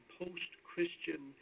post-Christian